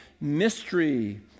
mystery